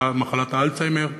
במחלת האלצהיימר,